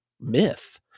myth